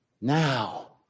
Now